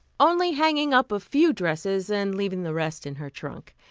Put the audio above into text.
only hanging up a few dresses and leaving the rest in her trunk.